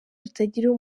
rutagira